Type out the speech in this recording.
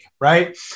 right